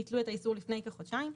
ביטלו את האיסור לפני כחודשיים,